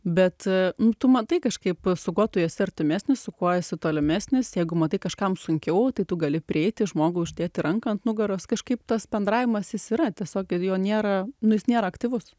bet tu matai kažkaip su kuo tu esi artimesni su kuo esu tolimesnis jeigu matai kažkam sunkiau tai tu gali prieiti žmogui uždėti ranką ant nugaros kažkaip tas bendravimas jis yra tiesiog kad jo nėra nu jis nėra aktyvus